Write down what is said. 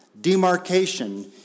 demarcation